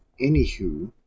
anywho